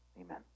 amen